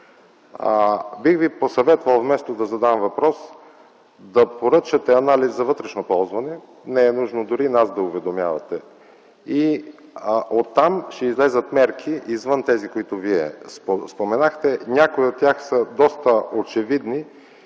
Бих Ви посъветвал, вместо да задавам въпрос, да поръчате анализ за вътрешно ползване. Не е нужно дори нас да уведомявате. Оттам ще излязат мерки извън тези, които Вие споменахте. Някои от тях са доста очевидни